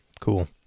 Cool